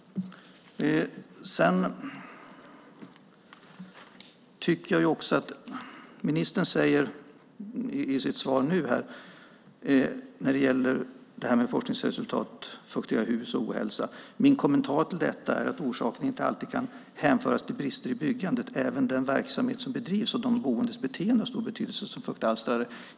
Ministern säger nu i sitt svar när det gäller forskningsresultat, fuktiga hus och ohälsa: "Min kommentar till detta är att orsaken inte alltid kan hänföras till brister i byggnaden. Även den verksamhet som bedrivs och den boendes beteende har stor betydelse som fuktalstrare."